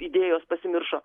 idėjos pasimiršo